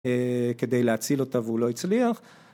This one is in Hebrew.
אה... כדי להציל אותה והוא לא הצליח,